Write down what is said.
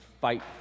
fight